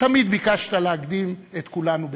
תמיד ביקשת להקדים את כולנו בצעד.